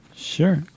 Sure